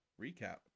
recap